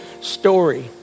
story